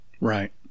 Right